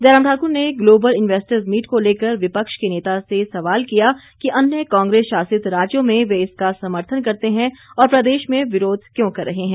जयराम ठाकुर ने global investors meet को लेकर विपक्ष के नेता से सवाल किया कि अन्य कांग्रेस शासित राज्यों में वे इसका समर्थन करते हैं और प्रदेश में विरोध क्यों कर रहे हैं